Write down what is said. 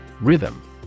Rhythm